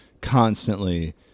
constantly